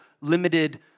limited